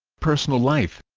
personal life